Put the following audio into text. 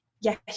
yes